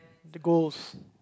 the ghost